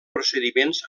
procediments